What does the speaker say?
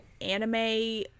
anime